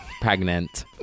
Pregnant